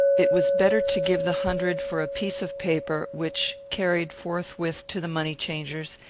it was better to give the hundred for a piece of paper, which, carried forthwith to the money-changers,